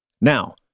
Now